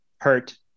hurt